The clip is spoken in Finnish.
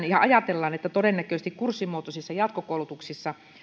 ja ajatellaan että todennäköisesti kurssimuotoisissa jatkokoulutuksissa